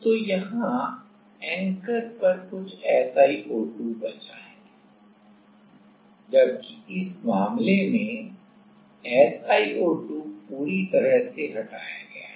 तो यहां एंकर पर कुछ SiO2 बचा है जबकि इस मामले में SiO2 पूरी तरह से हटाया गया है